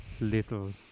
little